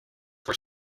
were